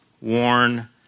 warn